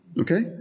Okay